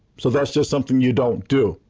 so that's just something you don't do,